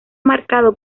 marcado